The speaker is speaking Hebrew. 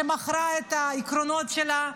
שמכרה את העקרונות שלה,